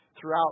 throughout